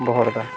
ᱵᱚᱦᱚᱲᱫᱟ